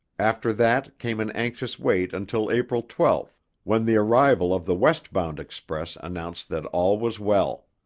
after that came an anxious wait until april twelve when the arrival of the west-bound express announced that all was well.